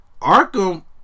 Arkham